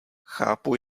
chápu